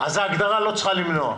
אז ההגדרה לא צריכה למנוע.